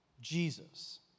Jesus